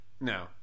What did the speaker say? No